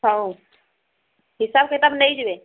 ହଉ ହିସାବ କିତାବ ନେଇଯିବେ